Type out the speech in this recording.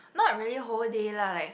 not really whole day lah like